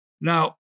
Now